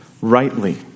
rightly